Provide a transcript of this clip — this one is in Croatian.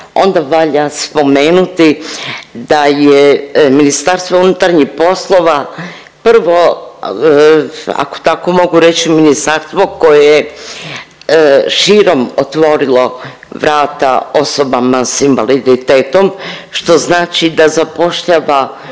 onda valja spomenuti da je MUP prvo ako tako mogu reći ministarstvo koje je širom otvorilo vrata osobama s invaliditetom što znači da zapošljava